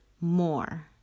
more